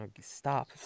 Stop